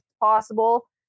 possible